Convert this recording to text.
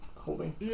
Holding